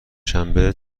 شنبه